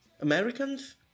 Americans